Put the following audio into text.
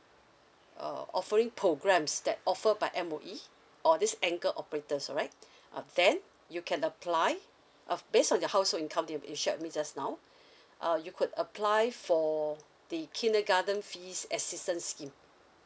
uh offering programs that offered by M_O_E or these anchor operators alright uh then you can apply uh based on your household income you you shared with me just now uh you could apply for the kindergarten fees assistance scheme